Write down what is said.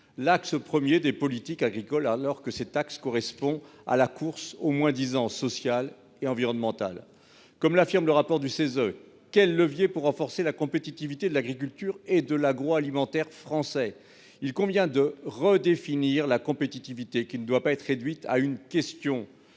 l'axe premier des politiques agricoles, alors que cette taxe correspond à la course au moins disant social et environnemental, comme l'affirme le rapport du CESE quel levier pour renforcer la compétitivité de l'agriculture et de l'agroalimentaire français, il convient de redéfinir la compétitivité qui ne doit pas être réduite à une question